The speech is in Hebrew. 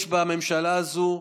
יש בממשלה הזו,